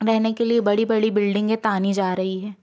रहने के लिए बड़ी बड़ी बिल्डिंगें तानी जा रही है